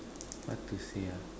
how to say ah